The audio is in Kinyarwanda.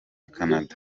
canada